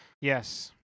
Yes